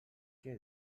què